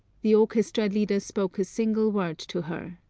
the orchestra leader spoke a single word to her.